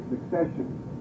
succession